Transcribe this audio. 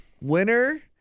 Winner